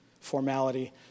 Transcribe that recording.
formality